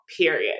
period